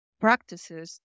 practices